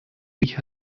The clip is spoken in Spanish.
hija